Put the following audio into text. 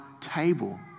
table